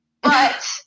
But-